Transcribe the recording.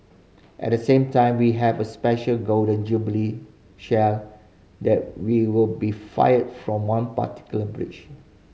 at the same time we have a special Golden Jubilee Shell that will be fired from one particular brige